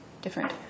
different